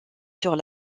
sur